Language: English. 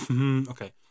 Okay